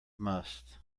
must